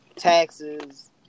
taxes